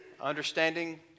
understanding